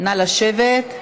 נא לשבת.